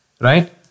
right